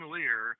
Lear